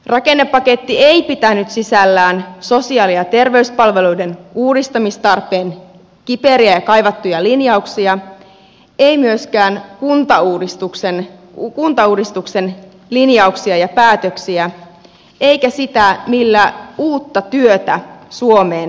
rakennepaketti ei pitänyt sisällään sosiaali ja terveyspalveluiden uudistamistarpeen kiperiä ja kaivattuja linjauksia ei myöskään kuntauudistuksen linjauksia ja päätöksiä eikä sitä millä uutta työtä suomeen saadaan